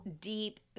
deep